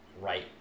Right